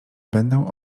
będę